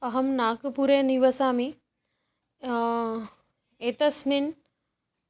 अहं नागपुरे निवसामि एतस्मिन्